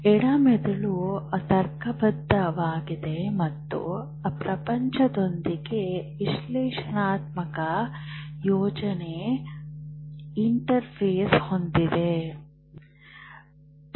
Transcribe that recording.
ಎಡ ಮೆದುಳು ತರ್ಕಬದ್ಧವಾಗಿದೆ ಮತ್ತು ಪ್ರಪಂಚದೊಂದಿಗೆ ವಿಶ್ಲೇಷಣಾತ್ಮಕ ಯೋಜನೆ ಇಂಟರ್ಫೇಸ್ ಹೊಂದಿದೆ